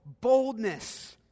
Boldness